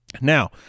Now